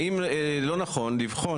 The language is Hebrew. האם לא נכון לבחון